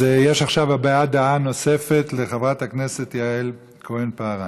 יש הבעת דעה נוספת לחברת הכנסת יעל כהן-פארן.